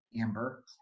amber